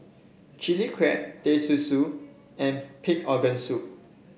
Chili Crab Teh Susu and Pig Organ Soup